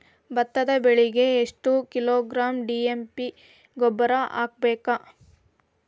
ಭತ್ತದ ಬೆಳಿಗೆ ಎಷ್ಟ ಕಿಲೋಗ್ರಾಂ ಡಿ.ಎ.ಪಿ ಗೊಬ್ಬರ ಹಾಕ್ಬೇಕ?